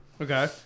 okay